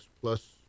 plus